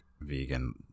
vegan